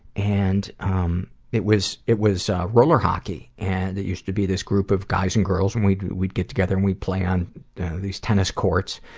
and um it was it was roller hockey. and there used to be this group of guys and girls, and we'd we'd get together, and we'd play on these tennis courts.